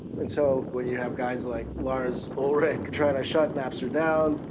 and so when you have guys like lars ulrich, trying to shut napster down,